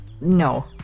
No